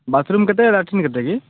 bathroom କେତେ latrine କେତେ କି